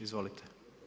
Izvolite.